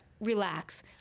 relax